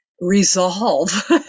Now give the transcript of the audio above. resolve